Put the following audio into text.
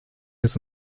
des